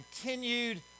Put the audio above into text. continued